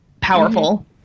powerful